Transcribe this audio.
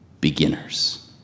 beginners